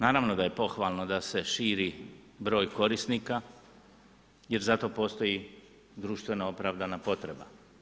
Naravno da je pohvalno da se širi broj korisnika jer za to postoji društveno opravdana potreba.